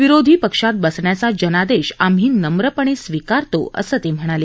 विरोधी पक्षात बसण्याचा जनादेश आम्ही नम्रपणे स्विकारतो असं ते म्हणाले